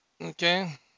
Okay